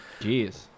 Jeez